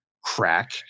crack